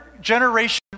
generation